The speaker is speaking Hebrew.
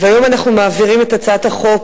והיום אנחנו מעבירים את הצעת החוק,